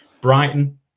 Brighton